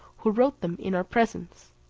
who wrote them in our presence.